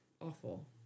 Awful